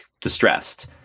distressed